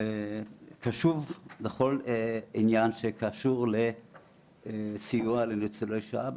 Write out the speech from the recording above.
וקשוב לכל עניין שקשור לסיוע לניצולי שואה,